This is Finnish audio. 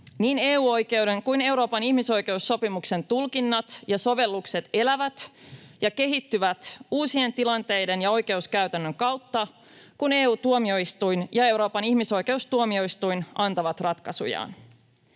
Niin EU-oikeuden kuin Euroopan ihmisoikeussopimuksen tulkinnat ja sovellukset elävät ja kehittyvät uusien tilanteiden ja oikeuskäytännön kautta, kun EU-tuomioistuin ja Euroopan ihmisoikeustuomioistuin antavat ratkaisujaan.